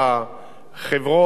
וכך זה בכל החברות.